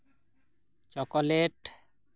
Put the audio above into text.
chocolate